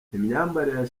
imyambarire